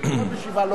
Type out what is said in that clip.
פחות משבעה,